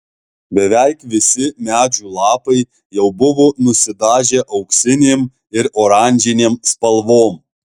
beveik visi medžių lapai jau buvo nusidažę auksinėm ir oranžinėm spalvom